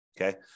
okay